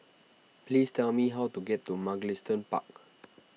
please tell me how to get to Mugliston Park